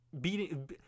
beating